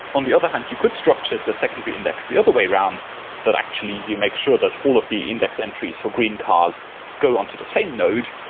on the other hand you could structure the secondary index the other way around that actually you make sure that all of the index entries for green cars go on to the same node,